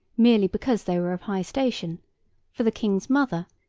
merely because they were of high station for, the king's mother,